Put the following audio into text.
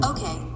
Okay